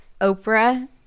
Oprah